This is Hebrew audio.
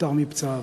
נפטר מפצעיו.